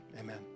amen